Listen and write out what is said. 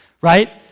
right